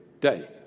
day